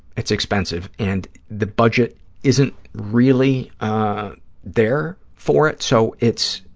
it's expensive, and the budget isn't really there for it, so it's,